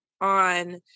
on